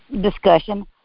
discussion